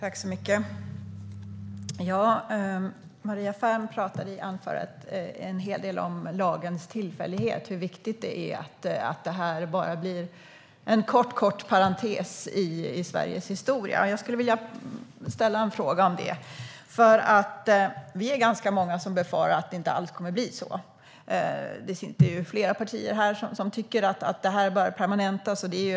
Herr talman! Maria Ferm pratade i anförandet en hel del om lagens tillfällighet och om hur viktigt det är att det här bara blir en kort parentes i Sveriges historia. Jag skulle vilja ställa en fråga om det, för vi är ganska många som befarar att det inte alls kommer att bli så. Det sitter flera partier här som tycker att det här bör permanentas.